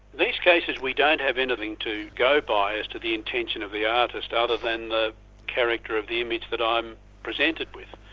these cases we don't have anything to go by as to the intention of the artist other than the character of the image that i'm presented with.